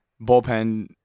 bullpen